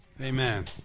Amen